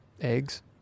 eggs